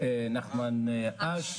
נחמן אש,